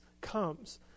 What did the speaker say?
comes